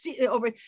over